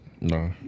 No